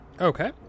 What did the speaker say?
okay